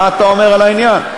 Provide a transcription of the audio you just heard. מה אתה אומר על העניין?